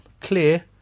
clear